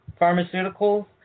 pharmaceuticals